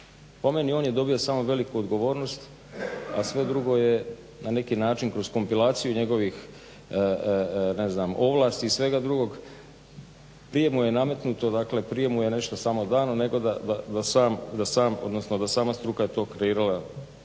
Po meni on je dobio samo veliku odgovornost, a sve drugo je na neki način kroz kompilaciju njegovih ne znam ovlasti i svega drugog prije mu je nametnuto, dakle, prije mu je nešto samo dano nego da sam odnosno da je sama